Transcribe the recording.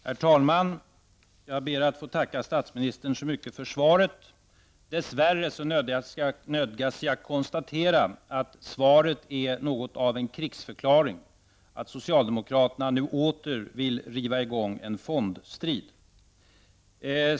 Herr talman! Jag ber att få tacka statsministern så mycket för svaret. Dess värre nödgas jag konstatera att svaret är något av en krigsförklaring, och att socialdemokraterna nu åter vill riva i gång en fondstrid.